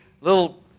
little